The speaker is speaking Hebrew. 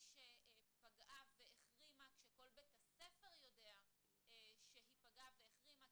שפגעה והחרימה כשכל בית הספר יודע שהיא פגעה והחרימה,